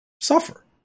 suffer